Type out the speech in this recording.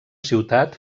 ciutat